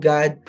God